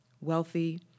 Wealthy